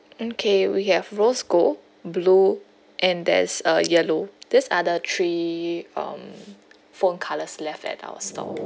mm K we have rose gold blue and there is uh yellow these are the three um phone colours left at our store